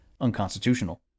unconstitutional